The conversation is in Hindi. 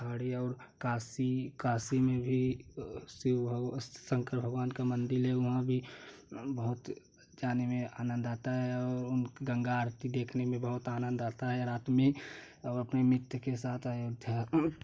खड़े और काशी काशी में भी शिव शंकर भगवान का मंदिर है वहाँ भी बहुत जाने में आनंद आता है और गंगा आरती देखने में भी बहुत आनंद आता है रात में और हम अपने मित्र के साथ आए अयोध्या